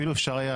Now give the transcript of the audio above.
אפילו אפשר היה,